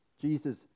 Jesus